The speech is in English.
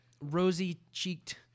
rosy-cheeked